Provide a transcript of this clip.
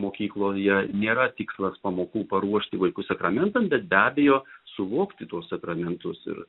mokykloje nėra tikslas pamokų paruošti vaikus sakramentam bet be abejo suvokti tuos sakramentus ir